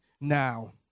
now